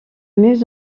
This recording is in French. mieux